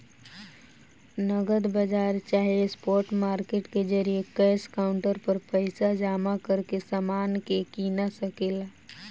नगद बाजार चाहे स्पॉट मार्केट के जरिये कैश काउंटर पर पइसा जमा करके समान के कीना सके ला